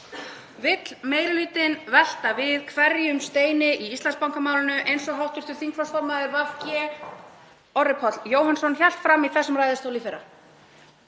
Vill meiri hlutinn velta við hverjum steini í Íslandsbanka málinu, eins og hv. þingflokksformaður VG, Orri Páll Jóhannsson, hélt fram í þessum ræðustól í fyrra?